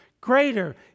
Greater